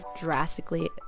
drastically